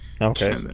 Okay